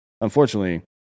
Unfortunately